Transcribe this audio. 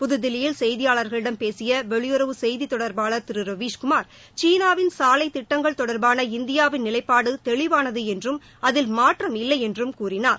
புத்தில்லியில் செய்தியாளர்களிடம் பேசிய வெளியுறவுத்துறை செய்தி தொடர்பாளர் திரு ரவீஷ்குமார் சீனாவின் சாலை திட்டங்கள் தொடர்பாள இந்தியாவின் நிலைப்பாடு தெளிவானது என்றும் அதில் மாற்றம் இல்லை என்றும் கூறினார்